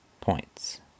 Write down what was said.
Points